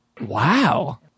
Wow